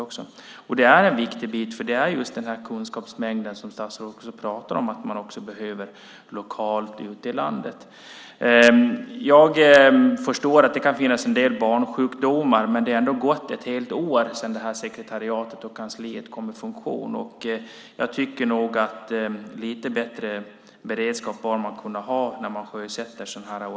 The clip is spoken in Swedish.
Det är en viktig bit, för den kunskapsmängd som statsrådet pratar om behövs också lokalt ute i landet. Jag förstår att det kan finnas en del barnsjukdomar. Men det har nu gått ett helt år sedan sekretariatet och kansliet trädde i funktion, så jag tycker nog att man bör kunna ha lite bättre beredskap när sådana här organisationer sjösätts.